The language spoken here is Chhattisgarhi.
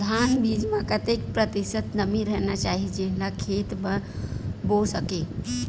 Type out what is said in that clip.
धान बीज म कतेक प्रतिशत नमी रहना चाही जेन ला खेत म बो सके?